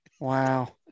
Wow